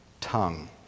tongue